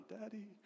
daddy